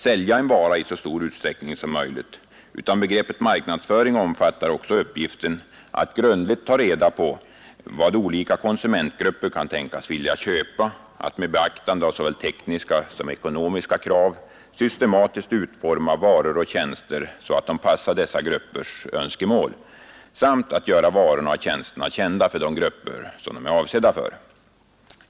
— sälja en vara i så stor utsträckning som möjligt, utan begreppet marknadsföring omfattar även uppgiften att grundligt ta reda på vad olika konsumentgrupper kan tänkas vilja köpa, att med beaktande av såväl tekniska som ekonomiska krav systematiskt utforma varor och tjänster så att de passar dessa gruppers önskemål samt att göra varorna och tjänsterna kända för de grupper som de är avsedda för.